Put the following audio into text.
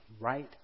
right